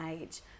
age